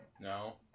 No